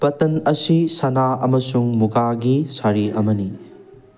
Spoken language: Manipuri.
ꯄꯇꯟ ꯑꯁꯤ ꯁꯥꯅꯥ ꯑꯃꯁꯨꯡ ꯃꯨꯒꯥꯒꯤ ꯁꯥꯔꯤ ꯑꯃꯅꯤ